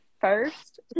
First